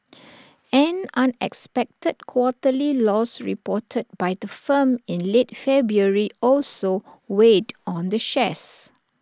an unexpected quarterly loss reported by the firm in late February also weighed on the shares